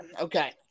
Okay